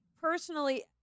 personally